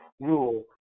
rule